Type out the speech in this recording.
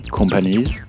companies